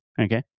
Okay